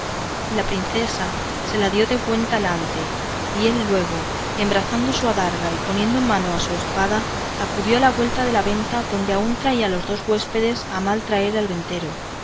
la princesa se la dio de buen talante y él luego embrazando su adarga y poniendo mano a su espada acudió a la puerta de la venta adonde aún todavía traían los dos huéspedes a mal traer al ventero